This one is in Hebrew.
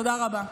תודה רבה.